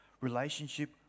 relationship